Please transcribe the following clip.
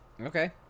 Okay